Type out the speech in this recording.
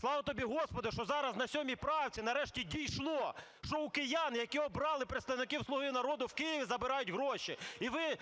Слава тобі Господи, що зараз на 7 правці нарешті дійшло, що у киян, які обрали представників "Слуги народу" в Києві, забирають гроші. І ви,